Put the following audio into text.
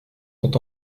sont